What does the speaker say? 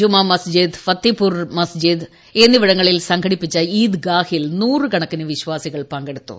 ജമാ മസ്ജിദ് ഫത്തേപൂർ മസ്ജിദ് എന്നിവിടങ്ങളിൽ സംഘടിപ്പിച്ച ഈദ് ഗാഹിൽ നൂറുകണക്കിന് വിശ്വാസികൾ പങ്കെടുത്തു